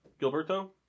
Gilberto